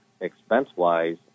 expense-wise